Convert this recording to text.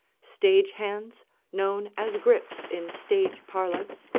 stage-hands, known as grips in stage parlance,